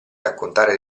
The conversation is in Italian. raccontare